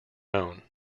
own